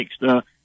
next